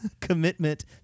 commitment